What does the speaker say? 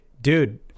dude